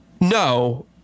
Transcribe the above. no